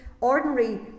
ordinary